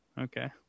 Okay